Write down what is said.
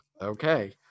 okay